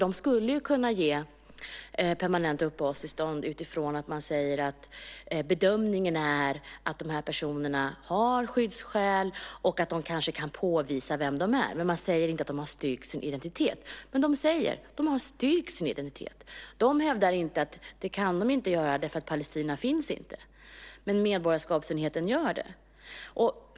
Den skulle kunna ge permanent uppehållstillstånd utifrån att man säger att bedömningen är att dessa personer har skyddsskäl och att de kanske kan påvisa vilka de är. Men man säger inte att de har styrkt sin identitet. Men dessa palestinier säger att de har styrkt sin identitet. Asylenheten hävdar inte att de inte kan göra det därför att Palestina inte finns. Men medborgarskapsenheten gör det.